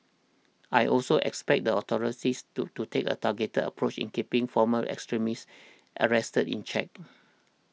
I also expect the authorities to to take a targeted approach in keeping former extremists arrested in check